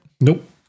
Nope